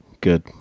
Good